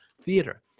theater